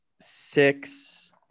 six